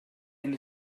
and